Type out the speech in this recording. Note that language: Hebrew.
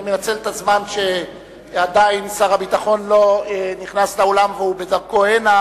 אני מנצל את הזמן שעדיין שר הביטחון לא נכנס לאולם והוא בדרכו הנה